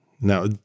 now